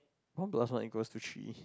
want to ask why you go to trip